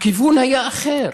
הכיוון היה אחר,